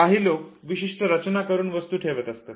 काही लोक विशिष्ट रचना करून वस्तू ठेवत असतात